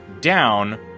down